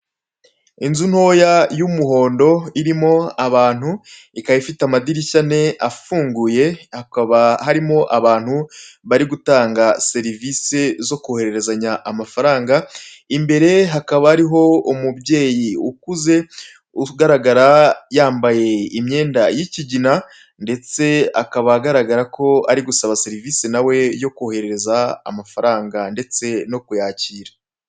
Inzu ntoya y'umuhondo irimo abantu, ikaba ifite amadirishya ane afunguye; hakaba harimo abantu bari gutanga serivisi zo kohererezanya amafaranga, imbere hakaba hariho umubyeyi ukuze, ugaragara yambaye imyenda y'ikigina ndetse akaba agaragara ko ari gusaba serivisi na we yo koherereza amafaranga ndetse no kuyakira.